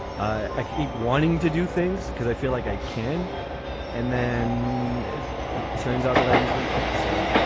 i i keep wanting to do things because i feel like i can and then it turns out that i usually can't. so.